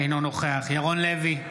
אינו נוכח ירון לוי,